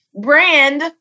brand